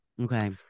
Okay